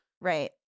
Right